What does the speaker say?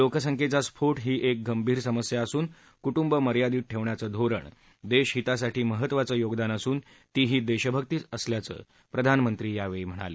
लोकसंख्येचा स्फोट हा एक गंभीर प्रश्न असून कुटुंब मर्यादित ठेवण्याचे धोरण देश हितासाठी महत्त्वाचे योगदान असून तीही देशभक्तीच असल्याचं प्रधानमंत्री यावेळी म्हणाले